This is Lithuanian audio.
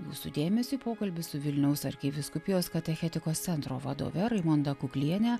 jūsų dėmesiui pokalbis su vilniaus arkivyskupijos katechetikos centro vadove raimonda kuklienė